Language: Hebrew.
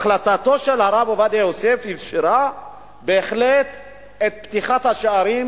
החלטתו של הרב עובדיה יוסף אפשרה בהחלט את פתיחת השערים.